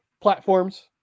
platforms